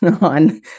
on